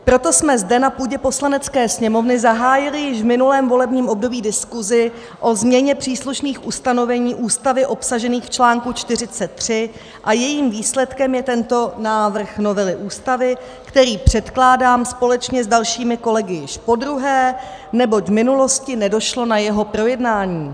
Proto jsme zde na půdě Poslanecké sněmovny zahájili již v minulém volebním období diskuzi o změně příslušných ustanovení Ústavy obsažených v článku 43 a jejím výsledkem je tento návrh novely Ústavy, který předkládám společně s dalšími kolegy již podruhé, neboť v minulosti nedošlo na jeho projednání.